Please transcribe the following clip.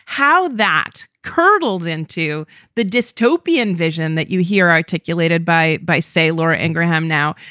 how that curdled into the dystopian vision that you hear articulated by by, say, laura ingraham now.